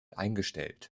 eingestellt